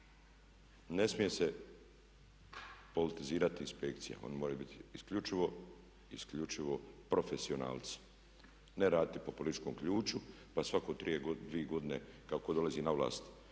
Ne smije se politizirati inspekcija, oni moraju biti isključivo, isključivo profesionalci ne raditi po političkom ključu pa svako dvije godine kako dolazi na vlast